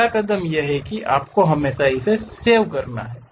पहला कदम यह है कि आपको हमेशा इसे सेव करना है